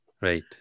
Right